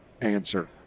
answer